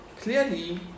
clearly